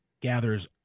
gathers